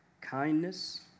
kindness